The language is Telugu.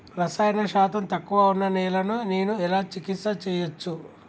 రసాయన శాతం తక్కువ ఉన్న నేలను నేను ఎలా చికిత్స చేయచ్చు?